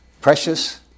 precious